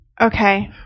Okay